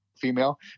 female